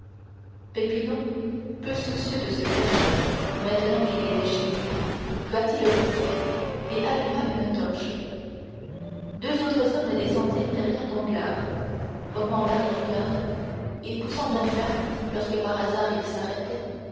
peu soucieux de se cacher maintenant qu'il était chez lui battit le briquet et alluma une torche deux autres hommes descendirent derrière danglars formant l'arrière-garde et poussant danglars lorsque par hasard il s'arrêtait